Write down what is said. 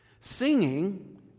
singing